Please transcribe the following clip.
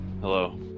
Hello